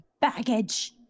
Baggage